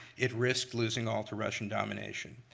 it risked losing all to russian domination.